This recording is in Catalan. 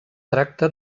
tracta